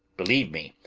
believe me,